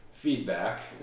feedback